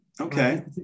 Okay